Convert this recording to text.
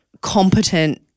competent